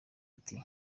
ati